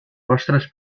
vostres